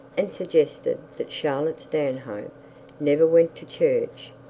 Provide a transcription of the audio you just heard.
and suggested that charlotte stanhope never went to church.